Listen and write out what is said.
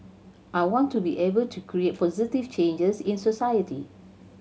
I want to be able to create positive changes in society